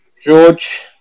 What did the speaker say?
George